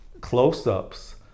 close-ups